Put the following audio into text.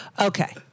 Okay